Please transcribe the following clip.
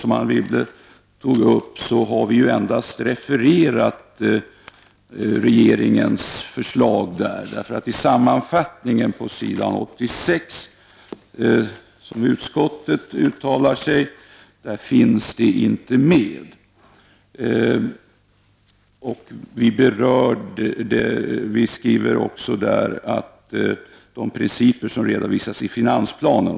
Utskottet har i denna fråga endast refererat regeringens förslag. I sammanfattningen av utskottets synpunkter på s. 86 i betänkandet finns detta inte med, utan vi hänvisar endast till de principer som redovisas i finansplanen.